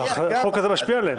החוק הזה משפיע עליהם.